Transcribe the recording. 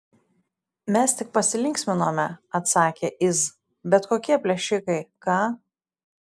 mes tik pasilinksminome atsakė iz bet kokie plėšikai ką